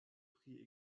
pri